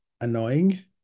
annoying